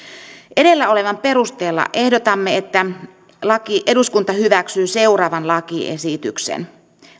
edellä olevan perusteella ehdotamme että eduskunta hyväksyy seuraavan lakiesityksen